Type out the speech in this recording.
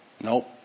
Nope